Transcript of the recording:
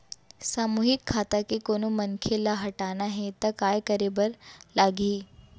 सामूहिक खाता के कोनो मनखे ला हटाना हे ता काय करे बर लागही?